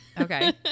Okay